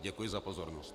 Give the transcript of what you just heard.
Děkuji za pozornost.